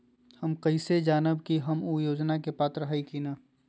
हम कैसे जानब की हम ऊ योजना के पात्र हई की न?